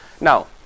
Now